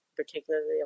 particularly